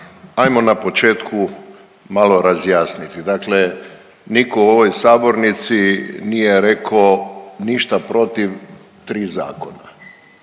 Hajmo na početku malo razjasniti. Dakle, nitko u ovoj sabornici nije rekao ništa protiv tri zakona.